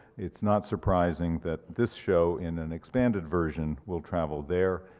it's not surprising that this show in an expanded version will travel there,